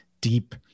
deep